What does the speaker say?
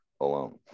alone